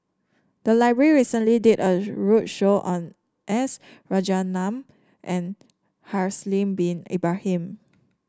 the library recently did a roadshow on S Rajaratnam and Haslir Bin Ibrahim